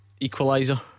equaliser